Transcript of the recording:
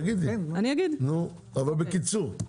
תגידי, אבל בקיצור.